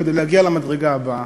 כדי להגיע למדרגה הבאה.